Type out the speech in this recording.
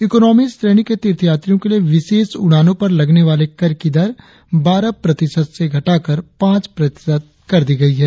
economy श्रेणी के तीर्थयात्रियों के लिए विशेष उड़ानो पर लगने वाले कर की दर बारह प्रतिशत से घटाकर पांच प्रतिशत कर दी गई है